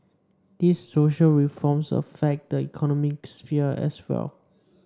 these social reforms affect the economic sphere as well